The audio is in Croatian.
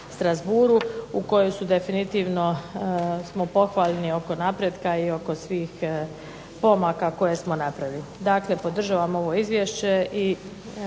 u kojoj definitivno smo pohvaljeni oko napretka i oko svih pomaka koje smo napravili. Dakle podržavam ovo izvješće